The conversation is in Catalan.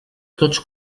tots